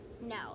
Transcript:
no